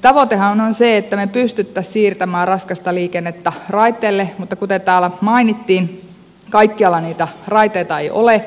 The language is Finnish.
tavoitehan on se että me pystyisimme siirtämään raskasta liikennettä raiteille mutta kuten täällä mainittiin kaikkialla niitä raiteita ei ole